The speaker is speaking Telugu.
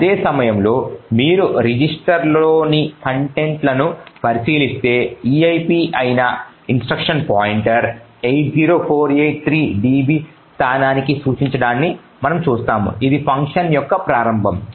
అదే సమయంలో మీరు రిజిస్టర్లలోని కంటెంట్లను పరిశీలిస్తే eip అయిన ఇన్స్ట్రక్షన్ పాయింటర్ 80483db స్థానానికి సూచించడాన్ని మనము చూస్తాము ఇది ఫంక్షన్ యొక్క ప్రారంభం